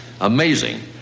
amazing